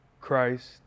Christ